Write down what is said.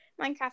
minecraft